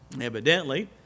Evidently